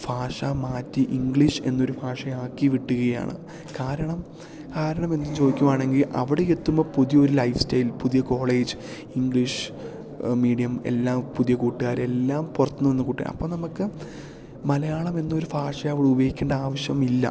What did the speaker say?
ഭാഷ മാറ്റി ഇംഗ്ലീഷ് എന്നൊരു ഭാഷയാക്കി വീട്ടുകയാണ് കാരണം കാരണം എന്ത് ചോദിക്കുവാണെങ്കിൽ അവിടെ എത്തുമ്പോൾ പുതിയൊര് ലൈഫ് സ്റ്റൈൽ പുതിയ കോളേജ് ഇംഗ്ലീഷ് മീഡിയം എല്ലാം പുതിയ കൂട്ടുകാരെല്ലാം പുറത്ത് നിന്ന് വന്ന കൂട്ടുകാർ അപ്പം നമുക്ക് മലയാളം എന്നൊര് ഭാഷ അവിടെ ഉപയോഗിക്കേണ്ട ആവശ്യമില്ല